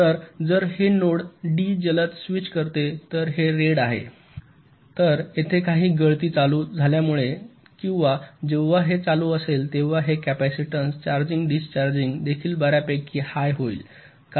तर जर हे नोड डी जलद स्विच करते तर हे रेड आहे तर येथे काही गळती चालू झाल्यामुळे किंवा जेव्हा हे चालू असेल तेव्हा हे कॅपेसिटन्स चार्जिंग डिस्चार्जिंग देखील बर्यापैकी हाय होईल